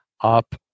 up